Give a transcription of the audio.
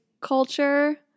culture